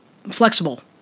Flexible